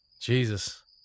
Jesus